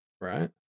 right